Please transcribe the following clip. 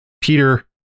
Peter